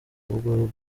ubwo